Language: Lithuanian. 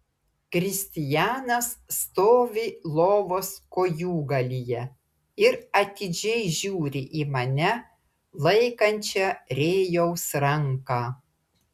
kristijanas stovi lovos kojūgalyje ir atidžiai žiūri į mane laikančią rėjaus ranką